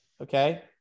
okay